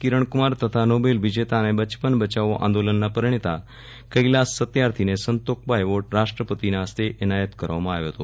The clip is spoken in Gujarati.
કિરણ કુમાર તથા નોબલ વિજેતા અને બચપન બચાઓ આંદોલનના પ્રજ્ઞેતા કૈલાશ સત્યાર્થીને સંતોકબા એવોર્ડ રાષ્ટ્રપતિના હસ્તે એનાયત કરાવવામાં આવ્યો હતો